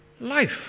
life